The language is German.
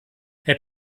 herr